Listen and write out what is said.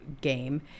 game